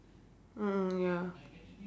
mm ya